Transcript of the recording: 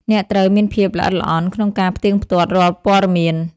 អ្នកត្រូវមានភាពល្អិតល្អន់ក្នុងការផ្ទៀងផ្ទាត់រាល់ព័ត៌មាន។